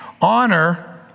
Honor